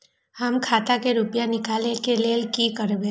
हम खाता से रुपया निकले के लेल की करबे?